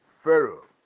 Pharaoh